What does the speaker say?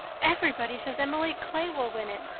everybody says emily clay will win it.